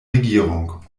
regierung